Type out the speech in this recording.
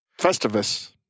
Festivus